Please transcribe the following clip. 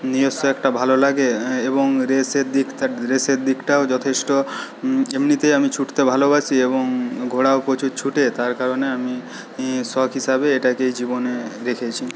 নিজস্ব একটা ভালো লাগে এবং রেসের দিকটা রেসের দিকটাও যথেষ্ট এমনিতেই আমি ছুটতে ভালোবাসি এবং ঘোড়াও প্রচুর ছোটে তার কারণে আমি সখ হিসাবে এটাকেই জীবনে রেখেছি